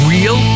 Real